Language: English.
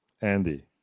Andy